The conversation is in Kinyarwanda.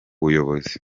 buyobozi